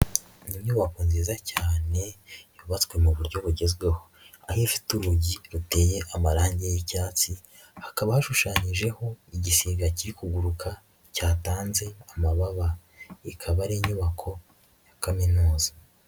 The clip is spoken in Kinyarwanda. Inyubako nziza cyane yubatswe mu buryo bugezwehoyo aho ifite urugi ruteye amarangi y'icyatsi hakaba hashushanyijeho igisiga kiri kuguruka cyatanze amababa ikaba ari inyubako ya kaminuza.